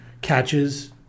catches